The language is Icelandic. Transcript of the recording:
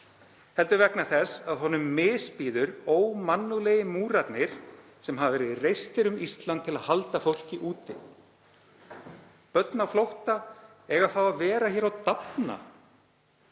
heldur vegna þess að honum misbýður ómannúðlegir múrarnir sem hafa verið reistir um Ísland til að halda fólki úti. Börn á flótta eiga að fá að vera hér og dafna.